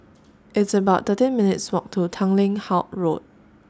It's about thirteen minutes' Walk to Tanglin Halt Road